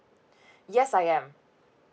yes I am